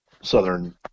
southern